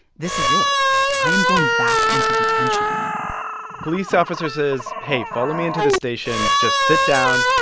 this is it i am going back into detention police officer says, hey, follow me into the station. just sit down.